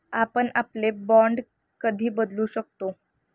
आपण आपले बाँड कधी बदलू शकतो?